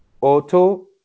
auto